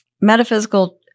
Metaphysical